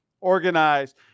organized